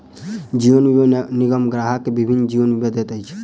जीवन बीमा निगम ग्राहक के विभिन्न जीवन बीमा दैत अछि